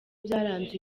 byaranze